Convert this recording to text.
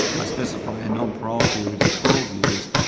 i specify a non-parole period of twelve years,